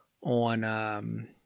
on